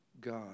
God